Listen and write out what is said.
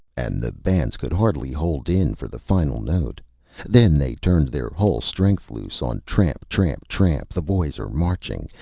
and the bands could hardly hold in for the final note then they turned their whole strength loose on tramp, tramp, tramp, the boys are marching,